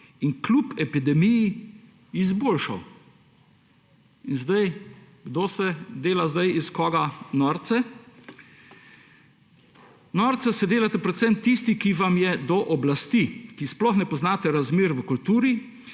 in kljub epidemiji izboljšal. Kdo se dela zdaj iz koga norce? Norce se delate predvsem tisti, ki vam je do oblasti, ki sploh ne poznate razmer v kulturi